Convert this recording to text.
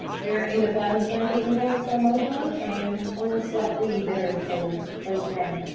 we are in the bottom twenty in the world for mobile and only slightly better for broadband.